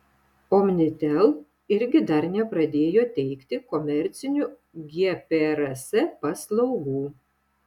omnitel irgi dar nepradėjo teikti komercinių gprs paslaugų